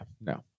No